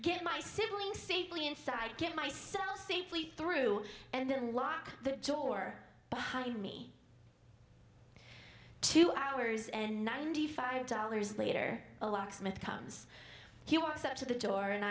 get my sibling safely inside get myself safely through and then lock the door behind me two hours and ninety five dollars later a locksmith comes he walks up to the door and